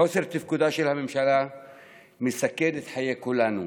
חוסר תפקודה של הממשלה מסכן את חיי כולנו.